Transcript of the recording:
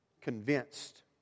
convinced